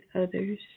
others